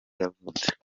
yavutse